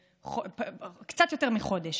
קצת יותר מחודש.